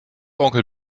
onkel